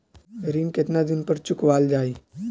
ऋण केतना दिन पर चुकवाल जाइ?